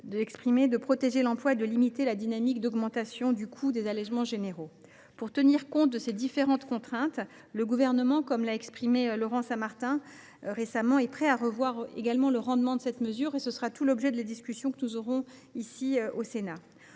de protéger l’emploi et de limiter la dynamique d’augmentation du coût des allégements généraux. Pour tenir compte de ces différentes contraintes, le Gouvernement, comme Laurent Saint Martin l’a récemment souligné, est prêt à revoir le rendement de cette mesure. Ce sera tout l’objet des discussions que nous aurons au Sénat.